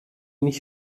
nicht